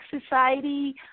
Society